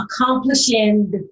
accomplishing